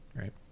Right